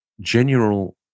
general